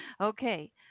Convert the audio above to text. Okay